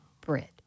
Bread